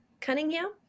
cunningham